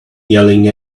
yelling